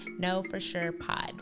KnowForSurePod